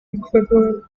equivalent